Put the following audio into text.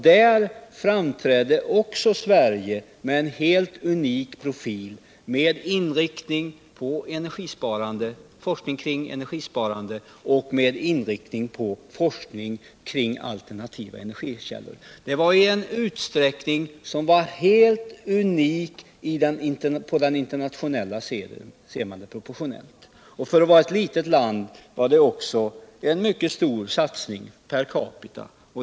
Dir framträdde Sverige med en helt unik profil med inriktning på energisparande, forskning kring energisparande och forskning kring alternativa energikällor. Vi hade en satsning som var helt unik på den internationella scenen, och det var också en mycket stor satsning per capita.